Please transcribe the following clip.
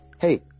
Hey